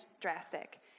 drastic